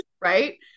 right